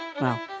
Wow